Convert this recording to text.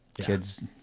Kids